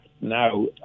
now